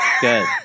Good